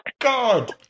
God